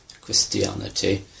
Christianity